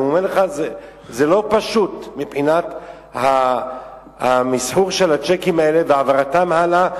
אני אומר לך שזה לא פשוט מבחינת המסחור של הצ'קים האלה והעברתם הלאה.